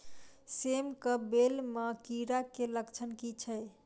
सेम कऽ बेल म कीड़ा केँ लक्षण की छै?